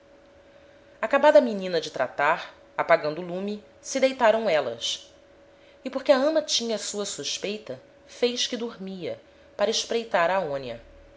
acabada a menina de tratar apagando o lume se deitaram élas e porque a ama tinha sua suspeita fez que dormia para espreitar a aonia